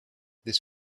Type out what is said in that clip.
this